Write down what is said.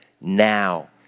now